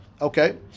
Okay